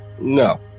No